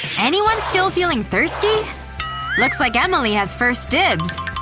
anyone still feeling thirsty looks like emily has first dibs.